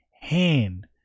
hand